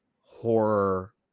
horror